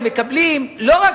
בתי-הספר,